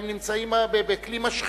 הרי הם נמצאים בכלי משחית.